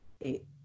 Eight